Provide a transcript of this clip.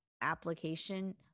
application